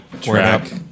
track